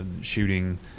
Shooting